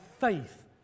faith